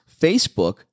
Facebook